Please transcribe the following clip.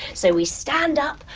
so we stand up.